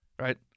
right